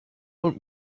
und